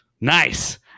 Nice